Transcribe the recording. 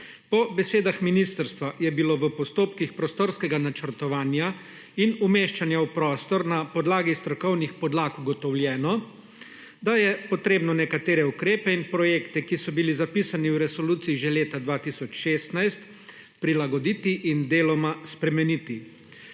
Po besedah ministrstva je bilo v postopkih prostorskega načrtovanja in umeščanja v prostor, na podlagi strokovnih podlag ugotovljeno, da je potrebno nekatere ukrepe in projekte, ki so bili zapisani v resoluciji že leta 2016, prilagoditi in deloma spremeniti.